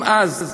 אם אז,